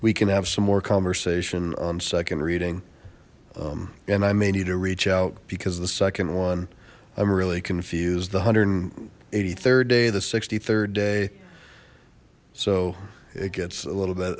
we can have some more conversation on second reading and i may need to reach out because the second one i'm really confused the one hundred and eighty third day the rd day so it gets a little bit